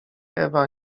ewa